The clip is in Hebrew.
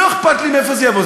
לא אכפת לי מאיפה זה יבוא.